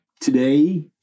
Today